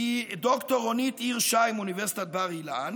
ד"ר רונית עיר-שי מאוניברסיטת בר אילן